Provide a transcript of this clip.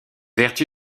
vertu